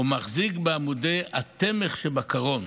ומחזיק בעמודי התמך שבקרון.